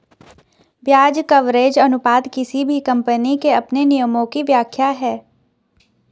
ब्याज कवरेज अनुपात किसी भी कम्पनी के अपने नियमों की व्याख्या है